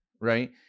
right